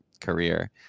career